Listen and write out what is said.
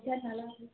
sir ভালবাসি